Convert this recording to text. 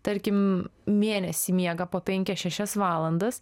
tarkim mėnesį miega po penkias šešias valandas